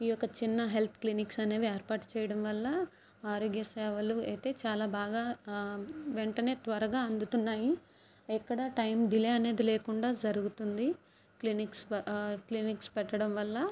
ఈ యొక్క చిన్న హెల్ప్ క్లినిక్స్ అనేవి ఏర్పాటు చేయడం వల్ల ఆరోగ్య సేవలు అయితే చాలా బాగా వెంటనే త్వరగా అందుతున్నాయి ఎక్కడా టైం డిలే అనేది లేకుండా జరుగుతుంది క్లినిక్స్ క్లినిక్స్ పెట్టడం వల్ల